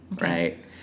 right